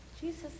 Jesus